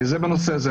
זה בנושא הזה.